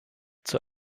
zur